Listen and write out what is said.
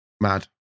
mad